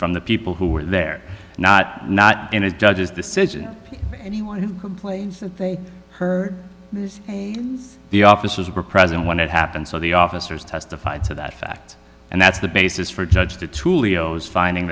from the people who were there not not in a judge's decision anyone who complains that they heard the officers were present when it happened so the officers testified to that fact and that's the basis for a judge to tullio is finding